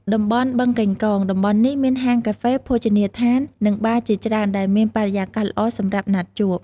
តំបន់បឹងកេងកង (BKK) តំបន់នេះមានហាងកាហ្វេ ភោជនីយដ្ឋាន និងបារជាច្រើនដែលមានបរិយាកាសល្អសម្រាប់ណាត់ជួប។